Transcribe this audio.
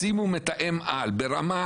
שימו מתאם על ברמה,